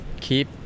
keep